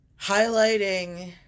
highlighting